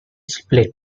split